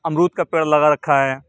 امرود کا پیڑ لگا رکھا ہے